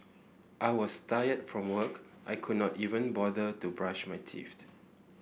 I was tired from work I could not even bother to brush my teeth